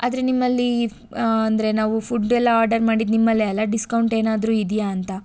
ಆದರೆ ನಿಮ್ಮಲ್ಲಿ ಅಂದರೆ ನಾವು ಫುಡ್ ಎಲ್ಲ ಆರ್ಡರ್ ಮಾಡಿದ್ದು ನಿಮ್ಮಲ್ಲೇ ಅಲ್ಲ ಡಿಸ್ಕೌಂಟ್ ಏನಾದ್ರೂ ಇದೆಯಾ ಅಂತ